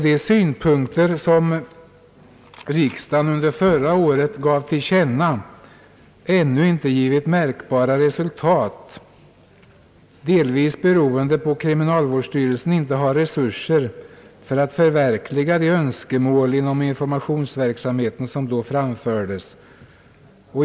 De synpunkter som riksdagen under förra året givit till känna har ännu inte givit märkbara resultat, delvis beroende på att kriminalvårdsstyrelsen inte erhållit resurser för att förverkliga de önskemål om informationsverksamhet som då framfördes.